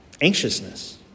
anxiousness